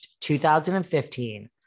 2015